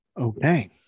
Okay